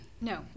no